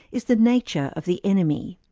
is the nature of the enemy.